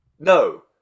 No